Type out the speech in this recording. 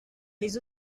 les